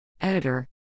Editor